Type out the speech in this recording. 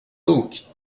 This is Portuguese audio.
luke